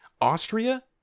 Austria